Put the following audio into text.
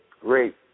great